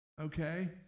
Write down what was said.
okay